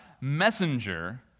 messenger